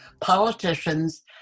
politicians